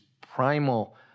primal